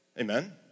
amen